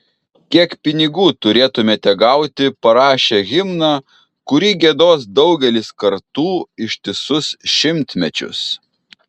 kiek pinigų turėtumėte gauti parašę himną kurį giedos daugelis kartų ištisus šimtmečius